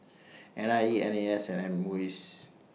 N I E N A S and Muis